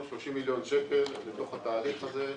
30 מיליון שקל אל תוך התהליך הזה,